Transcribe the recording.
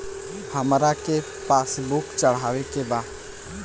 हमरा के पास बुक चढ़ावे के बा?